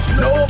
no